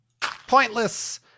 pointless